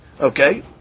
Okay